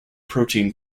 protein